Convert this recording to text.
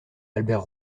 albert